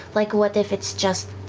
like, what if it's just,